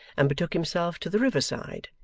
and betook himself to the river-side,